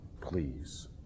please